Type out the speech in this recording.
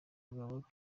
abagabo